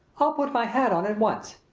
i'll put my hat on at once.